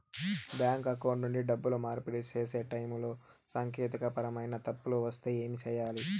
bank account నుండి డబ్బులు మార్పిడి సేసే టైములో సాంకేతికపరమైన తప్పులు వస్తే ఏమి సేయాలి